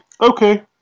Okay